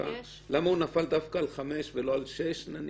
למה הוא נפל דווקא על 5 ולא על 6, נניח?